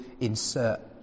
insert